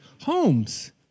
homes